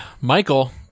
Michael